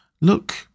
look